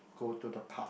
go to the park